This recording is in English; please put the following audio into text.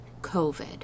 COVID